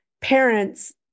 parents